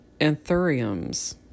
anthuriums